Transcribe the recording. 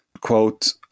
Quote